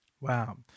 Wow